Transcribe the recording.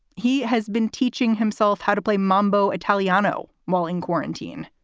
he has been teaching himself how to play mambo italiano while in quarantine.